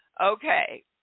Okay